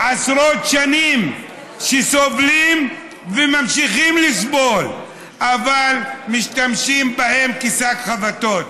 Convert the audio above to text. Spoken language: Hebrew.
שעשרות שנים סובלים וממשיכים לסבול אבל משתמשים בהם כשק חבטות.